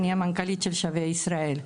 אני המנכ"לית של שבי ישראל.